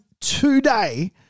today